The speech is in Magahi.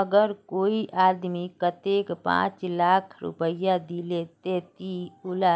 अगर कोई आदमी कतेक पाँच लाख रुपया दिले ते ती उला